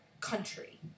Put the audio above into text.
country